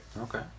okay